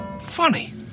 Funny